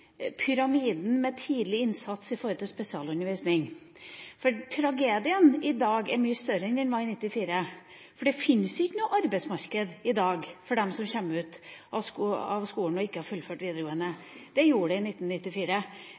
pyramiden, med tidlig innsats med henblikk på spesialundervisning. Tragedien er mye større i dag enn den var i 1994, for det fins ikke noe arbeidsmarked i dag for dem som kommer ut av skolen og ikke har fullført videregående. Det gjorde det i 1994.